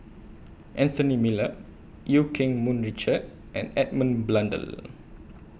Anthony Miller EU Keng Mun Richard and Edmund Blundell